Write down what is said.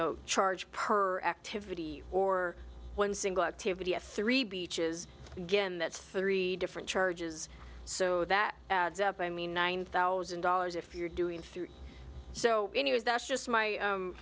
know charge per activity or one single activity at three beaches again that's three different charges so that adds up i mean nine thousand dollars if you're doing three so anyways that's just my